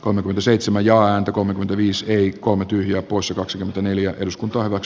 kolmekymmentäseitsemän ja antakoon viis veikko mäntylä usa kaksikymmentäneljä eduskunta ovat